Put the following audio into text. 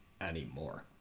anymore